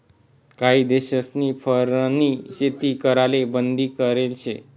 काही देशस्नी फरनी शेती कराले बंदी करेल शे